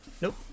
Nope